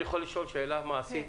אני יכול לשאול שאלה מעשית?